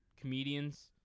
comedians